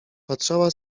patrzała